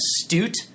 astute